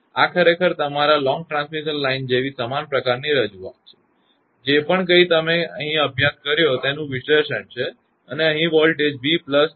આ ખરેખર તમારી લોંગ ટ્રાન્સમિશન લાઇન જેવી સમાન પ્રકારની રજૂઆત છે જે પણ કંઇ તમે અહીં અભ્યાસ કર્યો છે તે તેનું વિશ્લેષણ છે અને અહીં વોલ્ટેજ 𝑣𝜕𝑣𝜕𝑥Δ𝑥 હશે